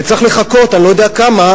וצריך לחכות אני לא יודע כמה,